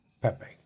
Pepe